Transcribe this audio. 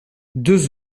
deux